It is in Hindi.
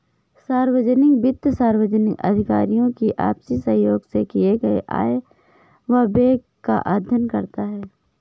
सार्वजनिक वित्त सार्वजनिक अधिकारियों की आपसी सहयोग से किए गये आय व व्यय का अध्ययन करता है